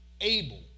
able